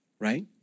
right